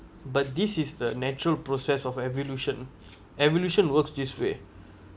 but this is the natural process of evolution evolution works this way